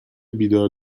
بیدار